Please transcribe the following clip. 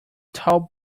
toll